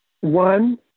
One